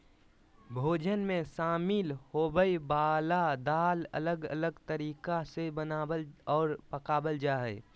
भोजन मे शामिल होवय वला दाल अलग अलग तरीका से बनावल आर पकावल जा हय